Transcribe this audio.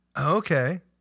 Okay